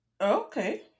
Okay